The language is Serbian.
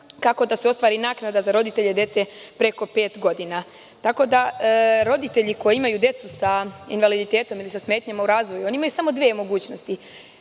kako da se ostvari naknada za roditelje dece preko pet godina. Roditelji koji imaju decu invaliditetom ili sa smetnjama u razvoju imaju samo dve mogućnosti,